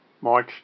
March